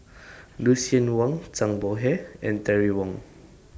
Lucien Wang Zhang Bohe and Terry Wong